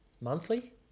monthly